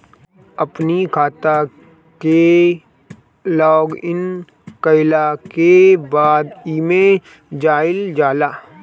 अपनी खाता के लॉगइन कईला के बाद एमे जाइल जाला